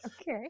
Okay